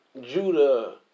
Judah